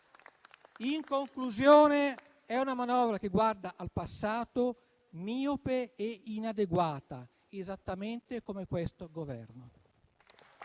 In conclusione, questa è una manovra che guarda al passato, miope e inadeguata, esattamente come questo Governo.